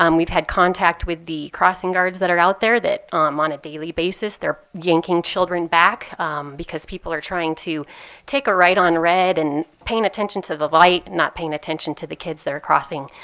um we've had contact with the crossing guards that are out there that, um on a daily basis, they're yanking children back because people are trying to take a right on red and paying attention to the light, and not paying attention to the kids that are crossing.